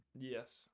Yes